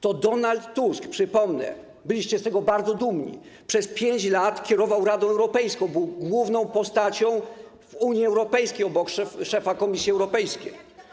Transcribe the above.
To Donald Tusk, przypomnę - byliście z tego bardzo dumni - przez 5 lat kierował Radą Europejską i był główną postacią w Unii Europejskiej obok szefa Komisji Europejskiej.